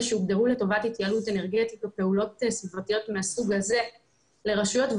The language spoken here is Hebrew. שהוגדרו לטובת התייעלות אנרגטית לפעולות סביבתיות מהסוג הזה לרשויות,